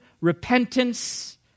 repentance